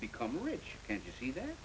become rich and you see that